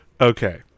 Okay